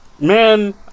Man